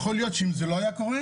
יכול להיות שאם זה לא היה קורה,